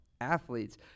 athletes